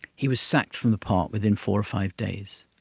he was sacked from the part within four or five days.